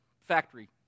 factory